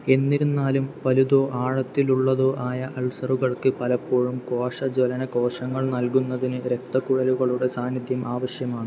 എന്നിരുന്നാലും വലുതോ ആഴത്തിലുള്ളതോ ആയ അൾസറുകൾക്ക് പലപ്പോഴും കോശജ്വലന കോശങ്ങൾ നൽകുന്നതിന് രക്തക്കുഴലുകളുടെ സാന്നിധ്യം ആവശ്യമാണ്